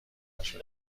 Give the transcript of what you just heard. نشده